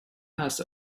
has